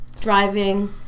Driving